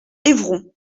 évron